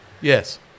Yes